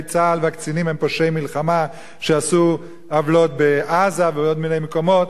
צה"ל והקצינים הם פושעי מלחמה שעשו עוולות בעזה ובעוד מיני מקומות,